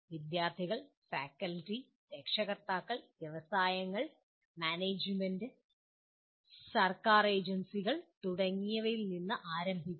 വിദ്യാർത്ഥികൾ ഫാക്കൽറ്റി രക്ഷകർത്താക്കൾ വ്യവസായങ്ങൾ മാനേജുമെൻ്റ് സർക്കാർ ഏജൻസികൾ തുടങ്ങിയവയിൽ നിന്ന് ആരംഭിക്കുക